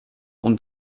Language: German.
und